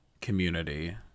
community